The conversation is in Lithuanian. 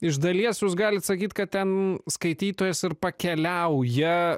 iš dalies jūs galit sakyt kad ten skaitytojas ir pakeliauja